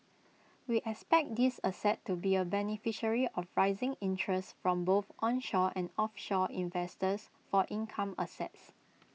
we expect this asset to be A beneficiary of rising interests from both onshore and offshore investors for income assets